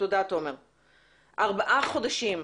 ארבעה חודשים,